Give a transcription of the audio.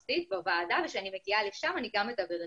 אני פותח את ישיבת ועדת העלייה, הקליטה והתפוצות.